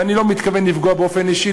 ואני לא מתכוון לפגוע באופן אישי,